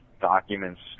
documents